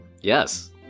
Yes